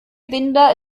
binder